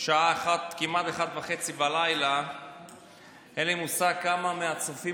השעה כמעט 01:30. אין לי מושג כמה מהצופים